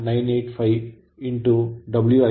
985 Wi 0